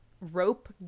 rope